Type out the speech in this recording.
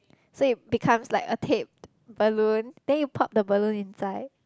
so it becomes like a taped balloon then you pop the balloon inside